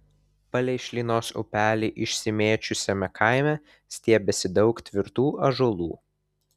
palei šlynos upelį išsimėčiusiame kaime stiebėsi daug tvirtų ąžuolų